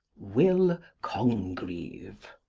will. congreve.